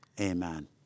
amen